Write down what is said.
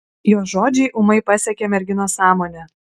jo žodžiai ūmai pasiekė merginos sąmonę